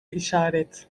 işaret